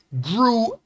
grew